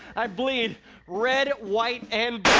i bleed red white and